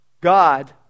God